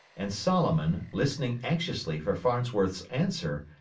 and solomon, listening anxiously for farnsworth's answer,